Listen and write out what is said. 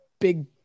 big